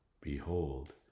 Behold